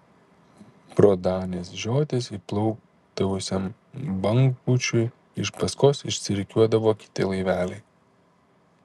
pro danės žiotis įplaukdavusiam bangpūčiui iš paskos išsirikiuodavo kiti laiveliai